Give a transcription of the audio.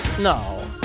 No